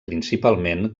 principalment